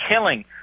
killing